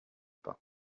pain